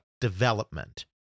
development